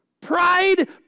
Pride